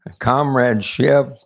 comradeship,